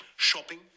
Shopping